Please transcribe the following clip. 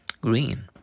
Green